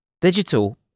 Digital